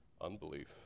unbelief